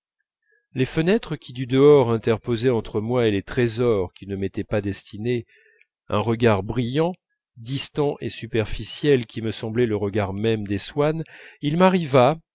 les fenêtres qui du dehors interposaient entre moi et les trésors qui ne m'étaient pas destinés un regard brillant distant et superficiel qui me semblait le regard même des swann il m'arriva